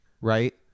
right